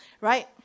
right